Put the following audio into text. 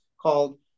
called